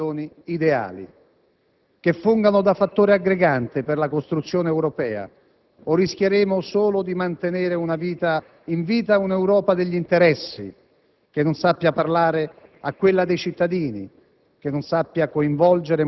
bisogna ritrovare, signor Ministro, forti motivazioni ideali che fungano da fattore aggregante per la costruzione europea o rischieremo solo di mantenere in vita un'Europa degli interessi